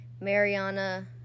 mariana